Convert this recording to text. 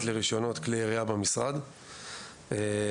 לרישיונות כליי ירייה במשרד ואכן,